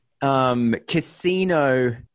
casino